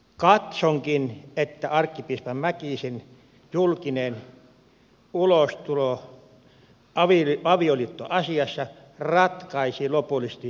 katsonkin että arkkipiispa mäkisen julkinen ulostulo avioliittoasiassa ratkaisi lopullisesti äänestystuloksen niin että homoavioliitto hyväksyttiin